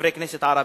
חברי הכנסת הערבים,